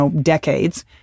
decades